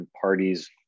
parties